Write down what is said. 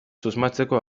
susmatzeko